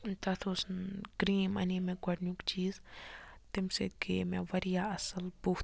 تَتھ اوس کریٖم اَنے مےٚ گۄڈنیُک چیٖز تمہِ سۭتۍ گٔیے مےٚ واریاہ اصل بُتھ